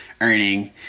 earning